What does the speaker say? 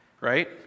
right